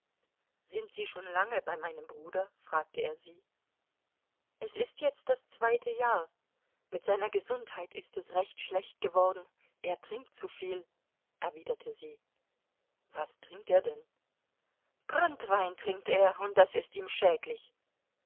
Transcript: sind sie schon lange bei meinem bruder fragte er sie es ist jetzt das zweite jahr mit seiner gesundheit ist es recht schlecht geworden er trinkt zuviel erwiderte sie was trinkt er denn branntwein trinkt er und das ist ihm schädlich